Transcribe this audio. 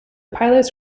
pilots